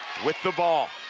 with the ball.